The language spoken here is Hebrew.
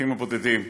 האורחים הבודדים,